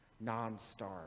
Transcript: non-star